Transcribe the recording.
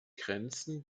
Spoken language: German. grenzen